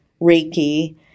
Reiki